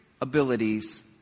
abilities